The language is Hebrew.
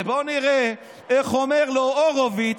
בואו נראה מה אומר לו הורוביץ,